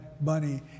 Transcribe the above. money